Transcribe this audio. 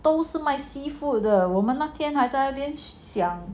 都是卖 seafood 的我们那天还在那边想